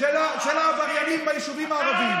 של העבריינים ביישובים הערביים.